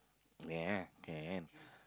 ya can